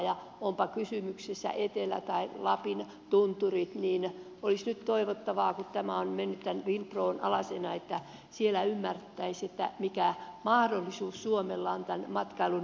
ja onpa kysymyksessä etelä tai lapin tunturit niin olisi nyt toivottavaa kun tämä on mennyt tämän finpron alaiseksi että siellä ymmärrettäisiin mikä mahdollisuus suomella on tämän matkailun edistämiseen